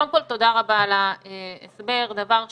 קודם כל תודה רבה על ההסבר, דבר שני,